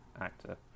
actor